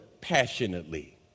passionately